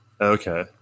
Okay